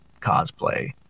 cosplay